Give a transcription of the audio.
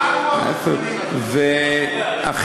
מה לוח הזמנים, אדוני ראש הממשלה?